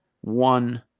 one